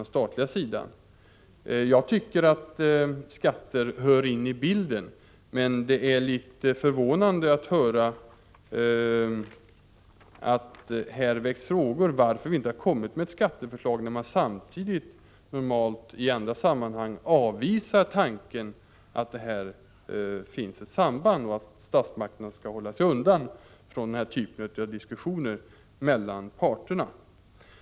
Jag tycker att skatterna hör till bilden, men det är litet förvånande att höra att det här väcks frågor om varför vi inte har lagt fram något skatteförslag av dem som i andra sammanhang normalt avvisar tanken att det finns ett samband mellan skatter och löner och menar att statsmakterna skall hålla sig undan från den typen av diskussioner mellan parterna.